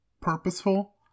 purposeful